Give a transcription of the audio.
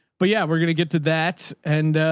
but yeah, we're going to get to that. and ah,